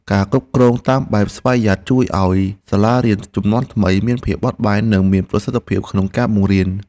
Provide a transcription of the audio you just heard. ការគ្រប់គ្រងតាមបែបស្វយ័តជួយឱ្យសាលារៀនជំនាន់ថ្មីមានភាពបត់បែននិងមានប្រសិទ្ធភាពក្នុងការបង្រៀន។